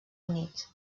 units